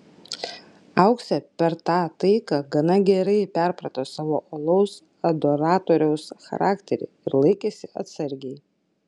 auksė per tą taiką gana gerai perprato savo uolaus adoratoriaus charakterį ir laikėsi atsargiai